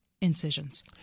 incisions